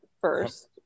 first